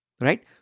right